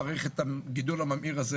ואני חושב שצריך לעצור את הגידול הממאיר הזה,